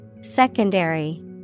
Secondary